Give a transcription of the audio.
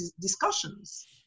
discussions